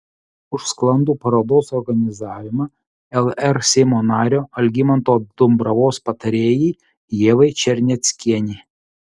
už sklandų parodos organizavimą lr seimo nario algimanto dumbravos patarėjai ievai černeckienei